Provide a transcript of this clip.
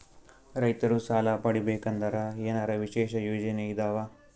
ರೈತರು ಸಾಲ ಪಡಿಬೇಕಂದರ ಏನರ ವಿಶೇಷ ಯೋಜನೆ ಇದಾವ?